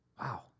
Wow